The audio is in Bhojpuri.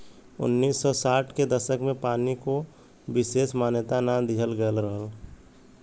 उन्नीस सौ साठ के दसक में पानी को विसेस मान्यता ना दिहल गयल रहल